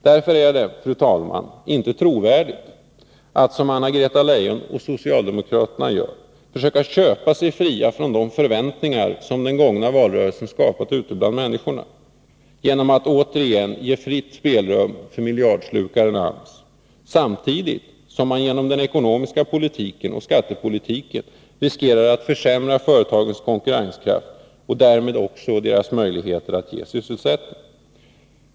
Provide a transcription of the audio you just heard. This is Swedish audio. Därför är det, fru talman, inte trovärdigt att, som Anna-Greta Leijon och socialdemokraterna gör, försöka köpa sig fria från de förväntningar som den gångna valrörelsen skapat ute bland människorna, genom att återigen ge fritt spelrum för miljardslukaren AMS, samtidigt som man genom den ekonomiska politiken och skattepolitiken riskerar att försämra företagens konkurrenskraft och därmed också deras möjligheter att ge sysselsättning.